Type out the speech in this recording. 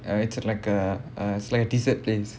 uh it's like a uh it's like a dessert place